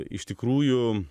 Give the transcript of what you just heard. iš tikrųjų